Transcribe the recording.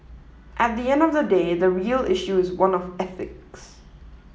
at the end of the day the real issue is one of ethics